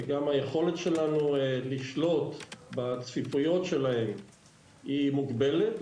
היכולת שלנו לשלוט בצפיפות שלהם היא מוגבלת,